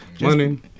Money